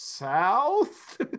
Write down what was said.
South